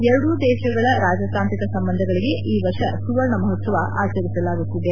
ಎರಡೂ ದೇಶಗಳ ರಾಜತಾಂತ್ರಿಕ ಸಂಬಂಧಗಳಿಗೆ ಈ ವರ್ಷ ಸುವರ್ಣ ಮಹೋತ್ಸವ ಆಚರಿಸಲಾಗುತ್ತಿದೆ